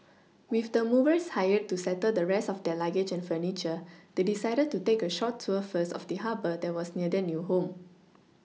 with the movers hired to settle the rest of their luggage and furniture they decided to take a short tour first of the Harbour that was near their new home